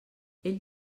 ell